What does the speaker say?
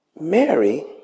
Mary